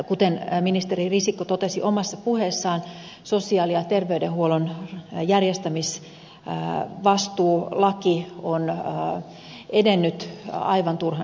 kuten ministeri risikko totesi omassa puheessaan sosiaali ja terveydenhuollon järjestämisvastuulaki on edennyt aivan turhan hitaasti